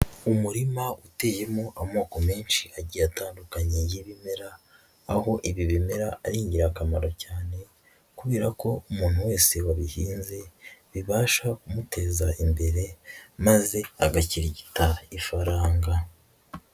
Umurima uteyemo amoko menshi agiye atandukanye y'ibimera, aho ibi bimera ari ingirakamaro cyane, kubera ko umuntu wese wabihinze bibasha kumuteza imbere maze agakirigita ifaranga.